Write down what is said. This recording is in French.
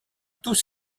tous